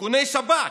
איכוני שב"כ.